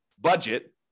budget